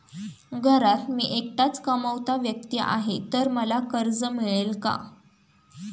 घरात मी एकटाच कमावता व्यक्ती आहे तर मला कर्ज मिळेल का?